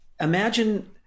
imagine